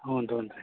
ಹ್ಞೂ ರೀ ಹ್ಞೂ ರೀ